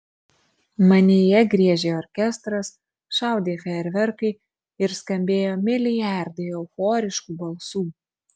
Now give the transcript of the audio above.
manyje griežė orkestras šaudė fejerverkai ir skambėjo milijardai euforiškų balsų